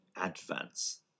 advance